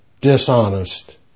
dishonest